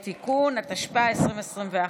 (תיקון), התשפ"א 2021,